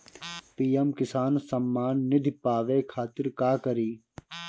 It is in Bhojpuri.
पी.एम किसान समान निधी पावे खातिर का करी?